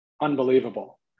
unbelievable